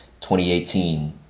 2018